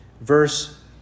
verse